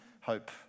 hope